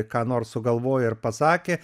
ką nors sugalvojo ir pasakė